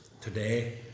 today